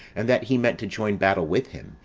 and that he meant to join battle with him,